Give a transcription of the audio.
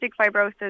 fibrosis